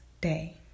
day